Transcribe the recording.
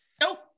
Nope